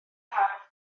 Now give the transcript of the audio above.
haf